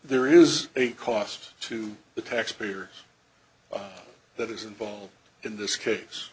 there is a cost to the taxpayers that is involved in this case